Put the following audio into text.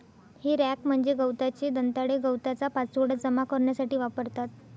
हे रॅक म्हणजे गवताचे दंताळे गवताचा पाचोळा जमा करण्यासाठी वापरतात